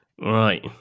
Right